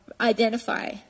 identify